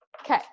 Okay